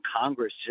Congress